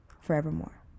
forevermore